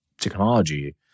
technology